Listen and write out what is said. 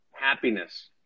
Happiness